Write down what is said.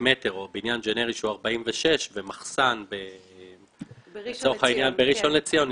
מטרים או בניין ג'נרי שהוא 46 ומחסן בראשון לציון,